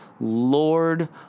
Lord